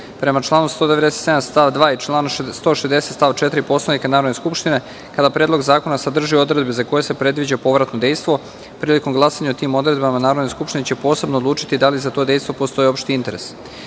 članu 197. stav 2. i član 160. stav 4. Poslovnika Narodne skupštine, kad Predlog zakona sadrži odredbe za koje se predviđa povratno dejstvo, prilikom glasanja o tim odredbama, Narodna skupština će posebno odlučiti da li za to dejstvo postoji opšti interes. Stavljam